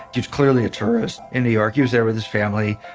he was clearly a tourist in new york, he was there with his family,